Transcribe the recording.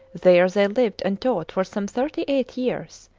there they lived and taught for some thirty-eight years,